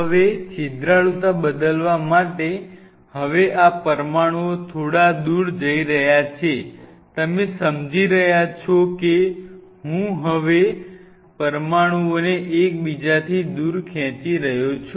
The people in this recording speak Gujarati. હવે છિદ્રાળુતા બદલવા માટે હવે આ પરમાણુઓ થોડા દૂર જઈ રહ્યા છે તમે સમજી રહ્યા છો કે હું હવે પરમાણુઓને એકબીજાથી દૂર ખેંચી રહ્યો છું